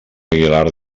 aguilar